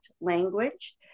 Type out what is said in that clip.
language